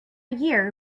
year